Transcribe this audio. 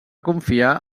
confiar